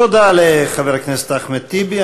תודה רבה לחבר הכנסת אחמד טיבי.